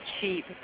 cheap